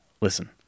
Listen